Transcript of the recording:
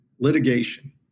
litigation